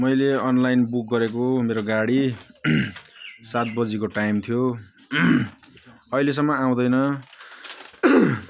मैले online book गरेको मेरो गाडी सात बजीको टाइम थियो अहिलेसम्म आउँदैन